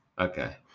Okay